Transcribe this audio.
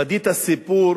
בדית סיפור